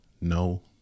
no